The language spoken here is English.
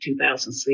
2006